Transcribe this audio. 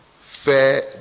fair